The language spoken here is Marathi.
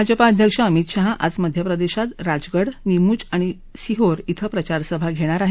भाजपा अध्यक्ष अमित शहा आज मध्यप्रदेशात राजगड नीमूच आणि शिहोर शें प्रचारसभा घेणार आहेत